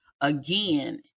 again